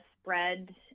spread